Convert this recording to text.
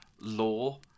law